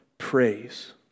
praise